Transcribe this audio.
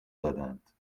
دادند